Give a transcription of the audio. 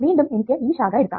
വീണ്ടും എനിക്ക് ഈ ശാഖ എടുക്കാം